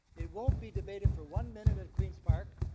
it won't be debated for one minute at queens park,